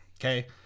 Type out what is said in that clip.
Okay